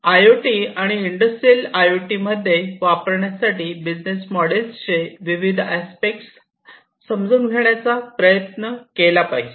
IoT आणि industrial I O T मध्ये वापरण्यासाठी बिझनेस मोडेल चे विविध अस्पेक्ट समजून घेण्याचा प्रयत्न केला पाहिजे